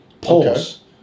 Pause